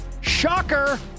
shocker